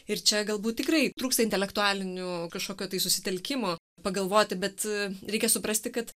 ir čia galbūt tikrai trūksta intelektualinių kažkokio tai susitelkimo pagalvoti bet reikia suprasti kad